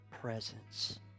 presence